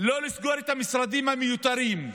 לא לסגור את המשרדים המיותרים,